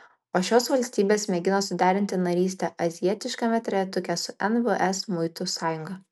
o šios valstybės mėgina suderinti narystę azijietiškame trejetuke su nvs muitų sąjunga